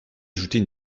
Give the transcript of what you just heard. ajouter